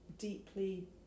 deeply